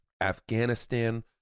Afghanistan